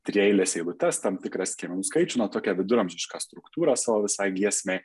trieiles eilutes tam tikrą skiemenų skaičių na tokią viduramžišką struktūrą savo visai giesmei